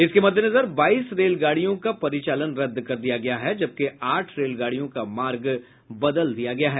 इसके मद्देनजर बाईस रेलगाडियों का परिचालन रद्द किया गया है जबकि आठ रेलगाडियों का मार्ग बदल दिया गया है